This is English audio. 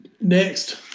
Next